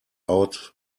out